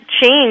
change